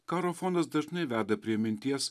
karo fonas dažnai veda prie minties